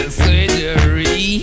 surgery